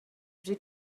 wedi